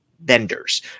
vendors